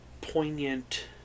poignant